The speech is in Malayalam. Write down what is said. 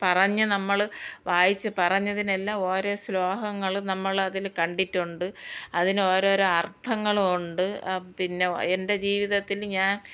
പറഞ്ഞ് നമ്മൾ വായിച്ച് പറഞ്ഞതിനെല്ലാം ഓരോ ശ്ലോകങ്ങൾ നമ്മളതിൽ കണ്ടിട്ടുണ്ട് അതിനൊരോരോ അർത്ഥങ്ങളുമുണ്ട് ആ പിന്നെ എൻ്റെ ജീവിതത്തിൽ ഞാൻ